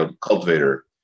cultivator